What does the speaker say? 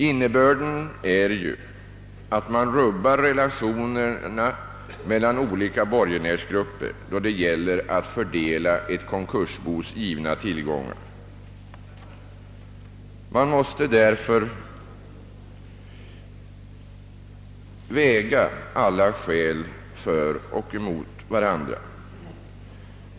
Innebörden är ju att man rubbar relationerna mellan olika borgenärsgrupper då det gäller att fördela ett konkursbos givna tillgångar. Man måste därför väga alla skäl för och emot varandra.